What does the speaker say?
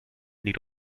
liegt